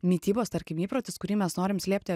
mitybos tarkim įprotis kurį mes norim slėpti